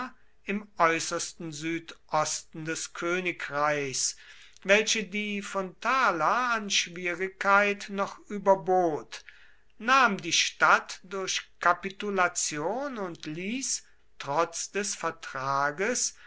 im äußersten südosten des königreichs welche die von thala an schwierigkeit noch überbot nahm die stadt durch kapitulation und ließ trotz des vertrages